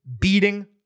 beating